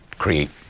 create